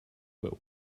but